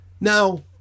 Now